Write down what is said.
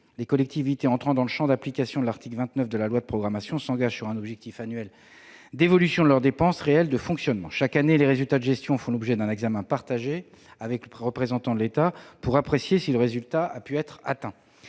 Les collectivités entrant dans le champ d'application de l'article 29 de la loi de programmation s'engagent sur un objectif annuel d'évolution de leurs dépenses réelles de fonctionnement. Chaque année, les résultats de gestion font l'objet d'un examen partagé avec le représentant de l'État pour apprécier si l'objectif a pu être atteint.